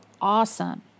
awesome